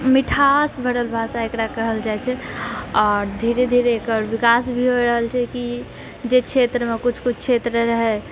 मिठास भरल भाषा एकरा कहल जाइ छै आओर धीरे धीरे एकर विकास भी हो रहल छै कि जे क्षेत्रमे किछु किछु क्षेत्र रहै